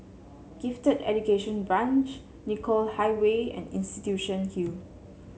Gifted Education Branch Nicoll Highway and Institution Hill